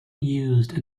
used